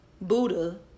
Buddha